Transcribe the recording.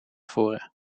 fora